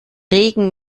regen